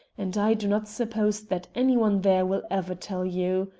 and i do not suppose that anyone there will ever tell you.